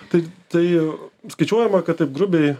tai tai skaičiuojama kad taip grubiai